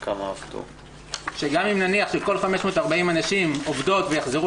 גם אם נניח שכל 540 הנשים עובדות ויחזרו